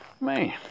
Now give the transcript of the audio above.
man